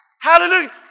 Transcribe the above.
Hallelujah